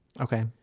Okay